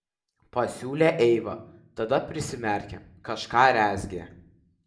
pasiūlė eiva tada prisimerkė kažką rezgė